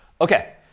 Okay